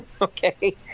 Okay